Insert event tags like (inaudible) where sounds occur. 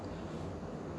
(breath)